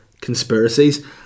conspiracies